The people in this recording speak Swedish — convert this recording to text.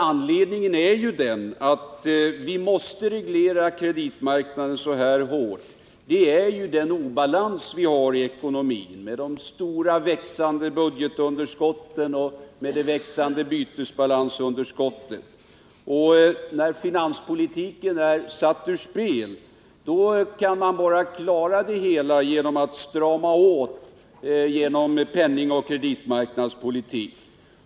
Anledningen till att vi måste reglera kreditmarknaden så här hårt är ju den obälans vi har i ekonomin, med de stora växande bytesbalansunderskotten och det växande bytesbalansunderskottet. När finanspolitiken är satt ur spel kan man bara återställa balansen genom att strama åt med penningoch kreditmarknadspolitik.